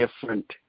different